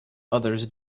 others